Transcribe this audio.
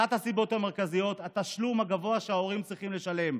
אחת הסיבות המרכזיות היא התשלום הגבוה שההורים צריכים לשלם,